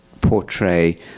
portray